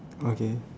okay